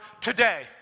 today